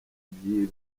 byibwe